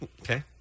Okay